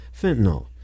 fentanyl